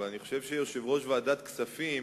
אבל אני חושב שיושב-ראש ועדת הכספים